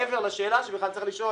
מעבר לשאלה שבכלל צריך לשאול,